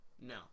no